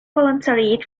volunteered